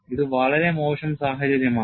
ഇത് വളരെ മോശം സാഹചര്യമാണ്